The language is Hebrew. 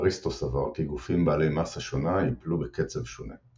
אריסטו סבר כי גופים בעלי מסה שונה ייפלו בקצב שונה.